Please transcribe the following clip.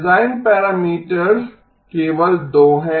design parameters केवल 2 हैं